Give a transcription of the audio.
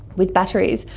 with batteries,